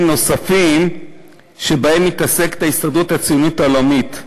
נוספים שבהם מתעסקת ההסתדרות הציונית העולמית.